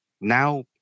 now